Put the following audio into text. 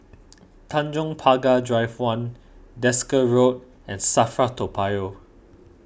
Tanjong Pagar Drive one Desker Road and Safra Toa Payoh